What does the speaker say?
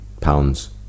pounds